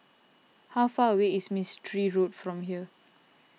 how far away is Mistri Road from here